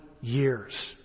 years